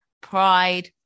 pride